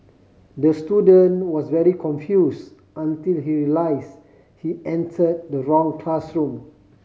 the student was very confuse until he realise he enter the wrong classroom